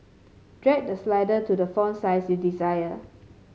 drag the slider to the font size you desire